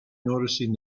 noticing